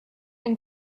and